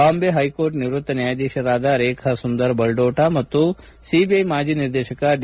Bombay high court ನಿವ್ವಕ್ತ ನ್ನಾಯಾಧೀಶರಾದ ರೇಖಾ ಸುಂದರ್ ಬಲ್ಡೋಟ ಮತ್ತು ಸಿಬಿಐ ಮಾಜಿ ನಿರ್ದೇಶಕ ಡಿ